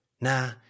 Nah